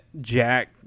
Jack